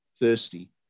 thirsty